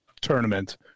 tournament